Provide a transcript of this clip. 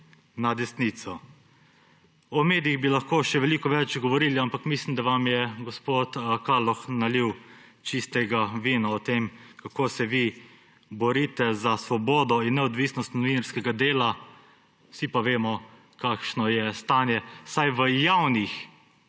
na desnico. O medijih bi lahko še veliko več govorili, ampak mislim, da vam je gospod Kaloh nalil čistega vina o tem, kako se vi borite za svobodo in neodvisnost novinarskega dela, vsi pa vemo, kakšno je stanje vsaj v javnih